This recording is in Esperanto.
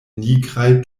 nigraj